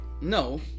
No